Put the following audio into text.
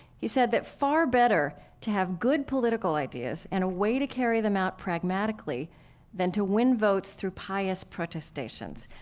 he said that far better to have good political ideas and a way to carry them out pragmatically than to win votes through pious protestations.